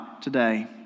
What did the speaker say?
today